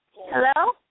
Hello